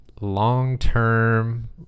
long-term